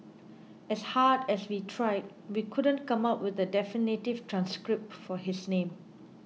as hard as we tried we couldn't come up with a definitive transcript for his name